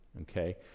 Okay